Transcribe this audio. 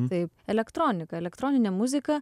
taip elektronika elektroninė muzika